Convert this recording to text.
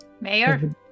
mayor